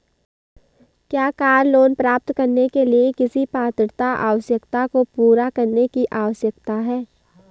क्या car loan प्राप्त करने के लिए किसी पात्रता आवश्यकता को पूरा करने की आवश्यकता है?